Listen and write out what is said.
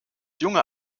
junge